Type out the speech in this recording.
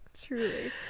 truly